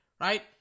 right